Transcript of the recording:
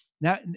now